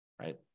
right